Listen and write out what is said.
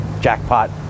jackpot